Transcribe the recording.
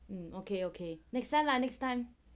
um okay okay next time lah next time